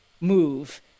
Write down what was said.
move